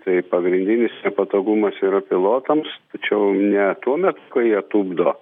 tai pagrindinis nepatogumas yra pilotams tačiau ne tuomet kai jie tupdo